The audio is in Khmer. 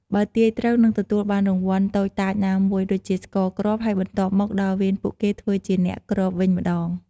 បើទាយត្រូវ នឹងទទួលបានរង្វាន់តូចតាចណាមួយ ដូចជាស្ករគ្រាប់ ហើយបន្ទាប់មកដល់វេនពួកគេធ្វើជាអ្នកគ្របវិញម្តង។